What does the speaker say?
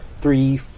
three